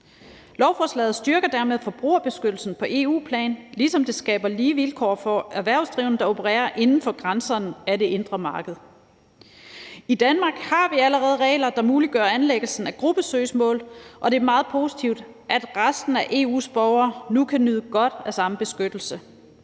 Lovforslaget styrker dermed forbrugerbeskyttelsen på EU-plan, ligesom det skaber lige vilkår for erhvervsdrivende, der opererer inden for grænserne af det indre marked. I Danmark har vi allerede regler, der muliggør anlæggelsen af gruppesøgsmål, og det er meget positivt, at resten af EU's borgere nu kan nyde godt af den samme beskyttelse.